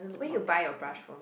where you buy your brush from